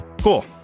Cool